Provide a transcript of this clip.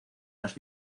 las